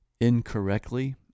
incorrectly